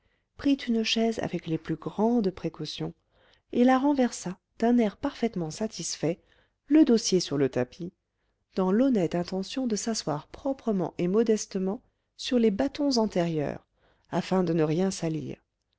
prit une chaise avec les plus grandes précautions et la renversa d'un air parfaitement satisfait le dossier sur le tapis dans l'honnête intention de s'asseoir proprement et modestement sur les bâtons antérieurs afin de ne rien salir